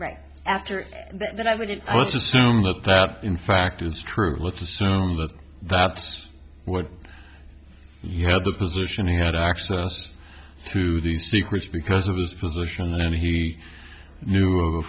right after that i would assume that in fact is true let's assume that that's what he had the position he had access to these secrets because of his position and he knew of